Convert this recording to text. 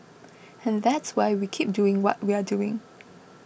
and that's why we keep doing what we're doing